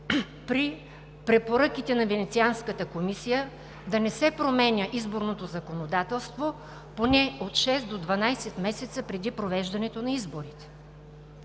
при препоръките на Венецианската комисия да не се променя изборното законодателство поне от шест до 12 месеца преди провеждането на изборите?